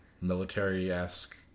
military-esque